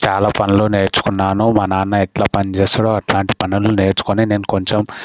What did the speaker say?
చాలా పనులు నేర్చుకున్నాను మా నాన్న ఎట్ల పని చేస్తాడో అట్లాంటి పనులు నేర్చుకొని నేను కొంచం